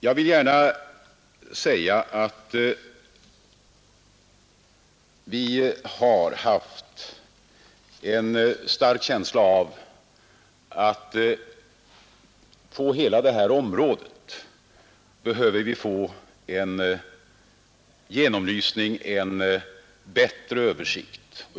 Vi har inom departementet haft en stark känsla av att på det sociala området över lag behövs en genomlysning, en bättre översikt.